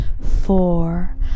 Four